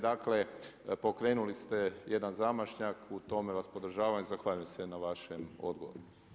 Dakle pokrenuli ste jedan zamašnjak u tome vas podržavam i zahvaljujem se na vašem odgovoru.